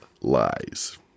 lies